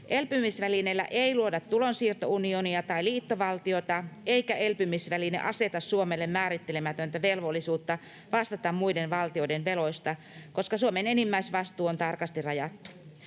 Elpymisvälineellä ei luoda tulonsiirtounionia tai liittovaltiota, eikä elpymisväline aseta Suomelle määrittelemätöntä velvollisuutta vastata muiden valtioiden veloista, koska Suomen enimmäisvastuu on tarkasti rajattu.